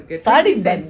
sardine bun